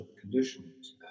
conditions